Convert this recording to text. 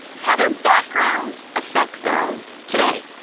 how their backgrounds affect them today?